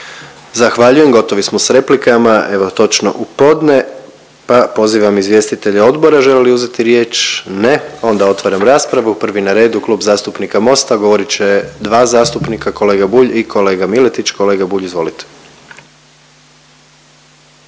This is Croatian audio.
Zahvaljujem. Gotovi smo s replikama evo točno u podne, pa pozivam izvjestitelje odbora žele li uzeti riječ? Ne, onda otvaram raspravu, prvi na redu Klub zastupnika Mosta, govorit će dva zastupnika kolega Bulj i kolega Miletić. Kolega Bulj izvolite.